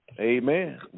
Amen